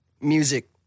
music